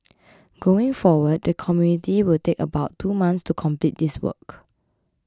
going forward the committee will take about two months to complete this work